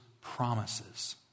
promises